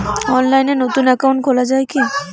অনলাইনে নতুন একাউন্ট খোলা য়ায় কি?